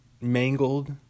mangled